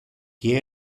qui